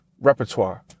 repertoire